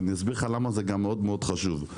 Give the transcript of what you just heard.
אסביר למה זה גם מאוד חשוב.